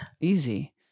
Easy